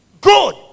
Good